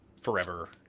forever